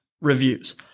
reviews